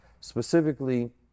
specifically